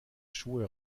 schuhe